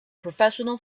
professional